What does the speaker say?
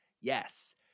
Yes